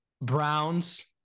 Browns